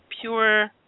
pure